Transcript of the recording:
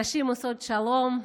נשים עושות שלום,